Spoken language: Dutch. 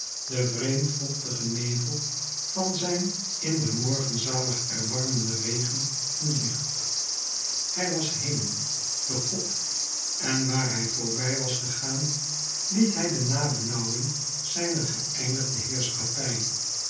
den vreemd vochtigen nevel van zijn in den morgen zalig erbarmenden regen van licht hij was heen de god en waar hij voorbij was gegaan liet hij de nabenauwing zijner ge eindigde heerschappij